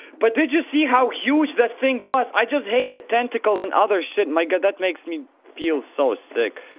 but did you see how huge that thing was? i just hate the tentacles and other sh my god that makes me feel so sick!